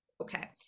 Okay